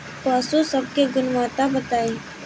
पशु सब के गुणवत्ता बताई?